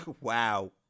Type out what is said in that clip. Wow